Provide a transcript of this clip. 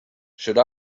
should